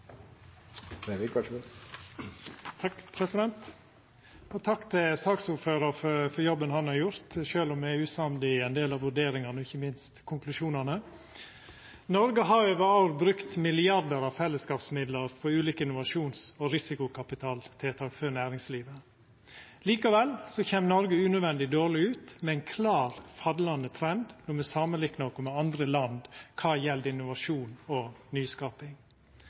næringsliv. Takk til saksordføraren for den jobben han har gjort – sjølv om eg er usamd i ein del av vurderingane og ikkje minst i konklusjonane. Noreg har over år brukt milliardar av fellesskapsmidlar på ulike innovasjons- og risikokapitaltiltak for næringslivet. Likevel kjem Noreg unødvendig dårleg ut med ein klar, fallande trend når me samanliknar oss med andre land kva gjeld innovasjon og nyskaping.